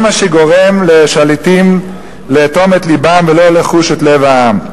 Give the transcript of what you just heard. זה מה שגורם לשליטים לאטום את לבם ולא לחוש את לב העם.